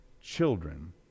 Children